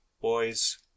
boys